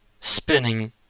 spinning